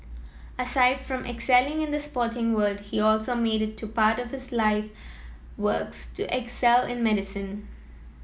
aside from excelling in the sporting world he also made it to part of his life works to excel in medicine